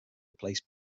replace